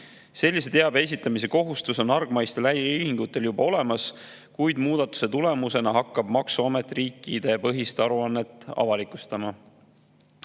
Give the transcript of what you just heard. Sellise teabe esitamise kohustus on hargmaistel äriühingutel juba olemas, kuid muudatuse tulemusena hakkab maksuamet riikidepõhist aruannet avalikustama.